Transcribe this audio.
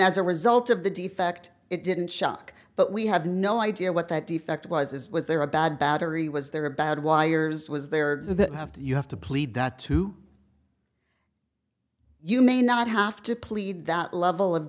as a result of the defect it didn't shock but we have no idea what that defect was is was there a bad battery was there are bad wires was there that have to you have to plead that to you may not have to plead that level of